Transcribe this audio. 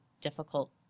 difficult